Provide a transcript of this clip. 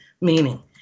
meaning